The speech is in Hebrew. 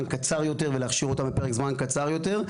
קצר יותר ולהכשיר אותם בפרק זמן קצר יותר,